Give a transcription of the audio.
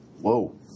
Whoa